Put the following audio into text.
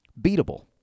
beatable